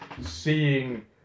seeing